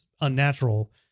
unnatural